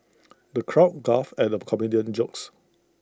the crowd guffawed at the comedian's jokes